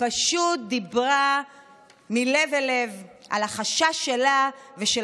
פשוט דיברה מלב אל לב על החשש שלה ושל